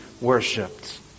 worshipped